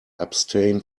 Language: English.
abstain